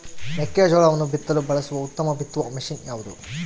ಮೆಕ್ಕೆಜೋಳವನ್ನು ಬಿತ್ತಲು ಬಳಸುವ ಉತ್ತಮ ಬಿತ್ತುವ ಮಷೇನ್ ಯಾವುದು?